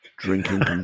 drinking